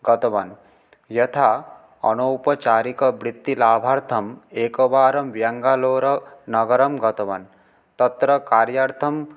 गतवान् यथा अनौपचारिकवृत्तिलाभार्थम् एकवारं बेङ्गलूरुनगरं गतवान् तत्र कार्यार्थं